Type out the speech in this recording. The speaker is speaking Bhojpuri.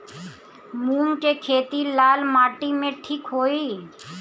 मूंग के खेती लाल माटी मे ठिक होई?